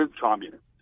communist